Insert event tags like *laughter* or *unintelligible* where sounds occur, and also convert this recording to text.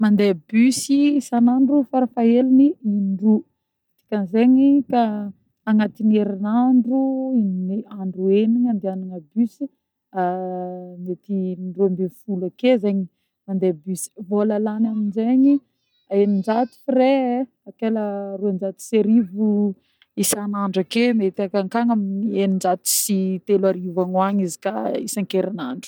Mandeha bus isanandro farafahaheliny in-droa dikan'zegny koà agnatiny herinandro in- andro enigna andiagnana bus, *hesitation* mety in-droambifolo ake zegny mandeha bus. Vôla lany aminjegny eninjato frais *unintelligible* roanjato sy arivo isanandro ake mety akagnikagny amin'ny eninjato sy teloarivo agny ho agny izy koà isa-kerinandro.